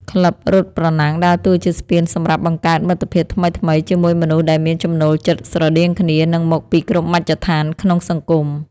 ក្លឹបរត់ប្រណាំងដើរតួជាស្ពានសម្រាប់បង្កើតមិត្តភាពថ្មីៗ ជាមួយមនុស្សដែលមានចំណូលចិត្តស្រដៀងគ្នា និងមកពីគ្រប់មជ្ឈដ្ឋានក្នុងសង្គម។